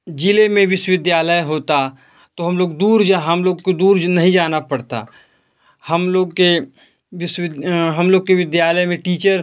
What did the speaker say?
ज़िले में विश्वविद्यालय होता तो हम लोग दूर जहाँ हम लोग को दूर नहीं जाना पड़ता हम लोग के बिश्वविध हम लोग के विद्यालय में टीचर